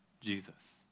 Jesus